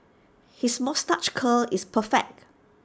his moustache curl is perfect